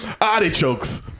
Artichokes